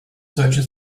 searched